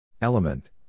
Element